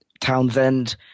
Townsend